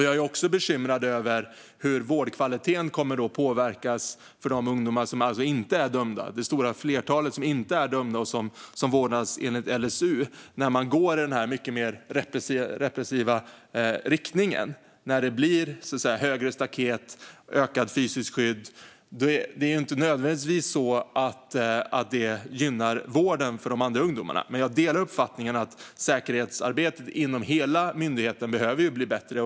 Jag är också bekymrad över hur vårdkvaliteten kommer att påverkas för de ungdomar som inte är dömda, det stora flertal som vårdas enligt LVU, när man går i den här mycket mer repressiva riktningen med högre staket och ökade fysiska skydd. Det gynnar inte nödvändigtvis vården för de andra ungdomarna. Jag delar dock uppfattningen att säkerhetsarbetet inom hela myndigheten behöver bli bättre.